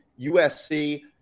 USC